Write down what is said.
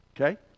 okay